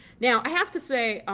now i have to say